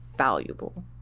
valuable